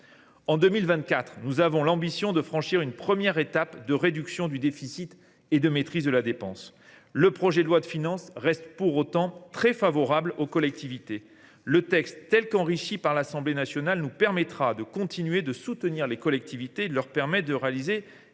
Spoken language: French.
2024, nous avons l’ambition de franchir une première étape de réduction du déficit et de maîtrise des dépenses. Le projet de loi de finances reste, pour autant, très favorable aux collectivités. Tel qu’il a été enrichi par l’Assemblée nationale, il nous permettra de continuer à soutenir les collectivités et de les aider à réaliser